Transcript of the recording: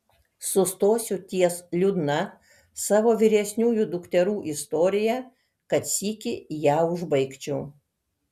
sustosiu ties liūdna savo vyresniųjų dukterų istorija kad sykį ją užbaigčiau